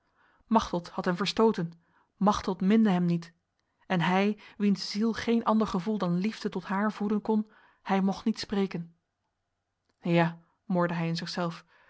machteld had hem verstoten machteld minde hem niet en hij wiens ziel geen ander gevoel dan liefde tot haar voeden kon hij mocht niet spreken ja morde hij in zichzelf